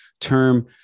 term